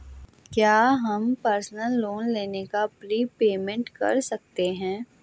क्या हम personal loan का प्रीपेमेंट कर सकते हैं?